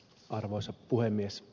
arvoisa puhemies